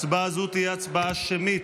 הצבעה זו תהיה הצבעה שמית.